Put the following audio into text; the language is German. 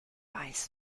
weiß